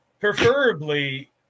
Preferably